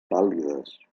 pàl·lides